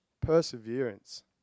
Perseverance